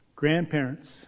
grandparents